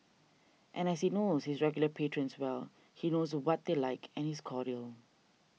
and as he knows his regular patrons well he knows what they like and is cordial